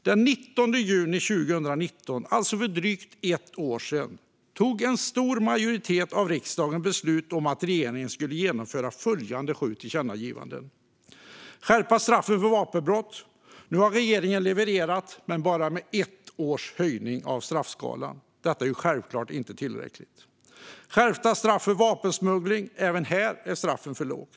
Den 19 juni 2019, alltså för drygt ett år sedan, tog en stor majoritet i riksdagen beslut om att regeringen skulle genomföra följande sju tillkännagivanden: Skärpa straffen för vapenbrott. Nu har regeringen levererat, men bara med ett års höjning av straffskalan. Detta är självklart inte tillräckligt. Skärpa straffen för vapensmuggling. Även här är straffen för låga.